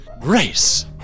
Grace